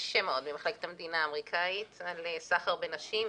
קשה מאוד ממחלקת המדינה האמריקאית על סחר בנשים,